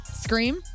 Scream